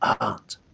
aunt